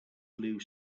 blue